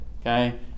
Okay